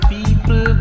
People